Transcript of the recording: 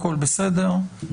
הכול בסדר.